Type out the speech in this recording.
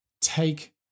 take